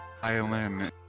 violin